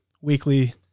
weekly